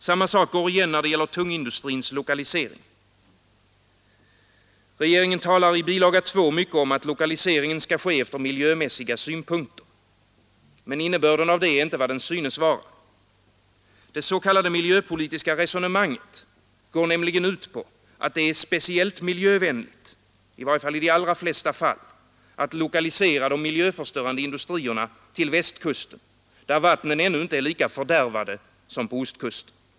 Samma sak går igen när det gäller tung industris lokalisering. Regeringen talar i bilaga 2 mycket om att lokaliseringen skall ske efter miljömässiga synpunkter. Men innebörden av det är inte vad den synes vara. Det s.k. miljöpolitiska resonemanget går nämligen ut på att det är speciellt miljövänligt, åtminstone i de allra flesta fall, att lokalisera de miljöförstörande industrierna till Västkusten, där vattnen ännu inte är lika fördärvade som på ostkusten.